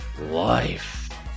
life